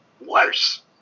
worse